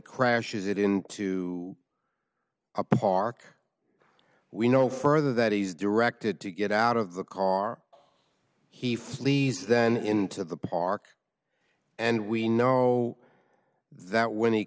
crashes it into a park we know further that he's directed to get out of the car he flees then into the park and we know that when